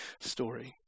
story